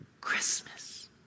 Christmas